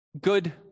good